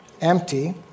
Empty